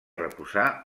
reposar